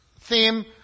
theme